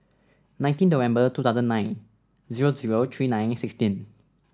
nineteen November two thousand nine zero zero three nine sixteen